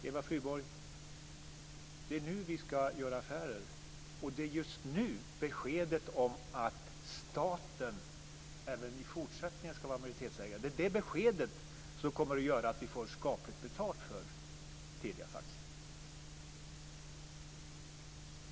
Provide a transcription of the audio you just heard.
Det är nu vi ska göra affärer, Eva Flyborg. Det är beskedet om att staten även i fortsättningen ska vara majoritetsägare som kommer att göra att vi får skapligt betalt för Telias aktier.